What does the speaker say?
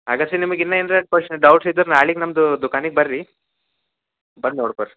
ಆದರ್ಶ ನಿಮಗೆ ಇನ್ನ ಏನ್ರ ಕ್ವಷನ್ ಡೌಟ್ಸ್ ಇದ್ರ ನಾಳೆಗೆ ನಮ್ಮದು ದುಖಾನೆಗ್ ಬರ್ರಿ ಬಂದು ನೋಡ್ಕೊ ರೀ